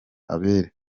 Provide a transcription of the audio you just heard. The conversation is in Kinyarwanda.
abere